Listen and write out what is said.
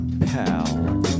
pal